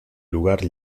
lugar